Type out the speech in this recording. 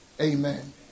Amen